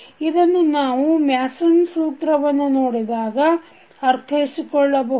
ಇದನ್ನು ನಾವು ಮ್ಯಾಸನ್ ಸೂತ್ರವನ್ನು Mason's Rule ನೋಡಿದಾಗ ಅರ್ಥೈಸಿಕೊಳ್ಳಬಹುದು